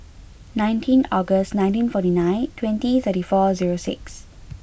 nineteen August nineteen forty nine twenty thirty four zero six